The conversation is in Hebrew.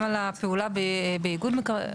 גם על הפעולה באיגוד מקרקעין.